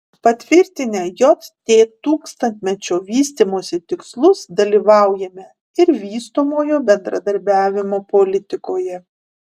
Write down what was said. patvirtinę jt tūkstantmečio vystymosi tikslus dalyvaujame ir vystomojo bendradarbiavimo politikoje